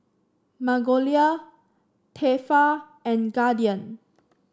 Magnolia Tefal and Guardian